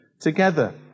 together